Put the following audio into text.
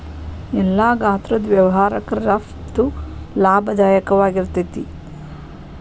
ಎಲ್ಲಾ ಗಾತ್ರದ್ ವ್ಯವಹಾರಕ್ಕ ರಫ್ತು ಲಾಭದಾಯಕವಾಗಿರ್ತೇತಿ